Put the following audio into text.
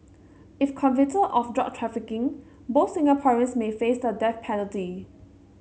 if convicted of drug trafficking both Singaporeans may face the death penalty